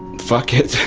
fuck it.